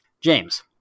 James